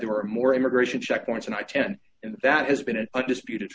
there are more immigration checkpoints in i ten and that has been an undisputed